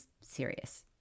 serious